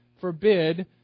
forbid